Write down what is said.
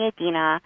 Adina